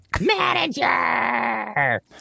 Manager